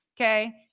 okay